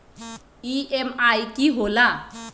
EMI की होला?